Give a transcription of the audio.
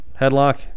Headlock